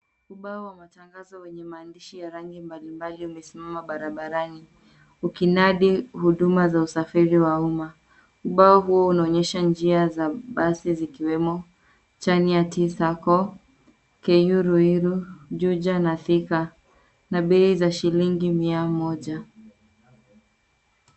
Ubao wa matangazo yenye maandishi ya rangi mbalimbali umesimama barabarani, ukinadi huduma za usafiri wa umma. Ubao huo unaonyesha njia za basi zikiwemo Chania. T. Sacco , KU, Ruiru, Juja na Thika, na bei ya shillingi mia moja.